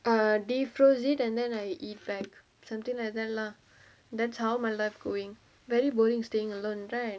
defrost it and then I eat back something like that lah that's how my life going very boring staying alone right